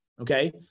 okay